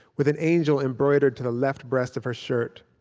with an angel embroidered to the left breast of her shirt,